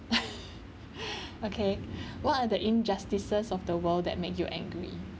okay what are the injustices of the world that make you angry